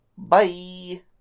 Bye